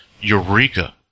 Eureka